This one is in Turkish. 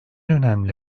önemli